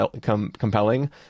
compelling